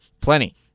Plenty